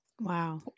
Wow